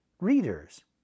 readers